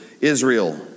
Israel